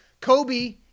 Kobe